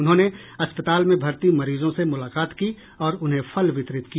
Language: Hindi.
उन्होंने अस्पताल में भर्ती मरीजों से मुलाकात की और उन्हें फल वितरित किया